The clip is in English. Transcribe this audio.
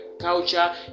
culture